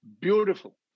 beautiful